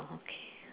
okay